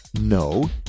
No